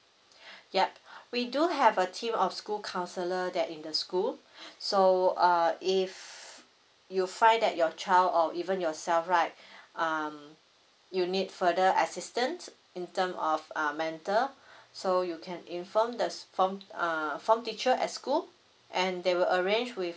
ya we do have a team of school counsellor that in the school so err if you find that your child or even yourself right um you need further assistance in term of uh mental so you can inform the form err form teacher at school and they will arrange with